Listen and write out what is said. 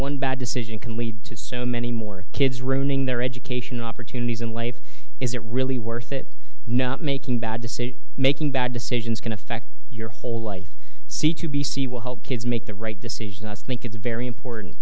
one bad decision can lead to so many more kids ruining their education opportunities in life is it really worth it not making a bad decision making bad decisions can affect your whole life c to b c will help kids make the right decision us think it's very important